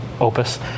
Opus